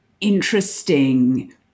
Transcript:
interesting